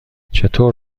چطور